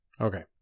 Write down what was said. Okay